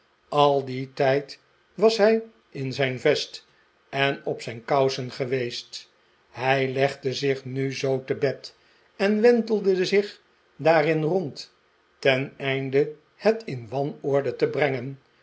al dien tijd was hij in zijn vest en op zijn kousen geweest hij legde zich nu zoo te bed en wentelde zich daarin rond teneinde het in wanorde te brengen